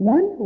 One